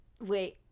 Wait